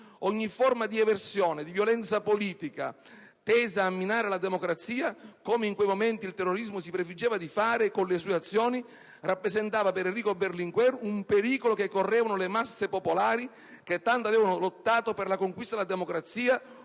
Ogni forma di eversione e di violenza politica, tesa a minare la democrazia, come in quei momenti il terrorismo si prefiggeva di fare con le sue azioni, rappresentava per Enrico Berlinguer un pericolo che correvano le masse popolari che tanto avevano lottato per la conquista della democrazia,